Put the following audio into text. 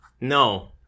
No